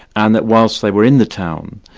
and that while so they were in the town,